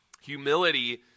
Humility